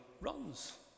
runs